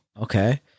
Okay